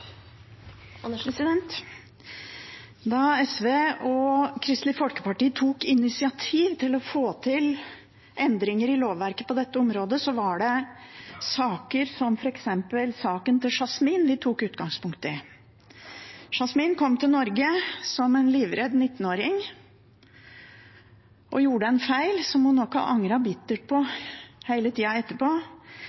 Da SV og Kristelig Folkeparti tok initiativ til å få til endringer i lovverket på dette området, var det saker som f.eks. saken til Yasmin vi tok utgangspunkt i. Yasmin kom til Norge som en livredd 19-åring og gjorde en feil som hun nok har angret bittert